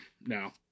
no